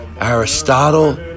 Aristotle